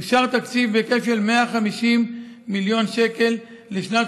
אושר תקציב בהיקף של 150 מיליון שקל לשנת